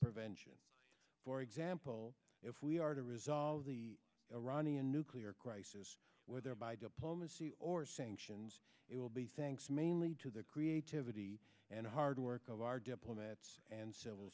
prevention for example if we are to resolve the iranian nuclear crisis whether by diplomacy or saying and it will be thanks mainly to the creativity and hard work of our diplomats and civil